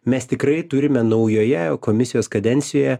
mes tikrai turime naujoje komisijos kadencijoje